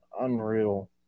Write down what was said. unreal